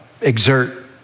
exert